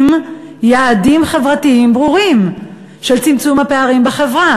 יעדים חברתיים ברורים של צמצום הפערים בחברה?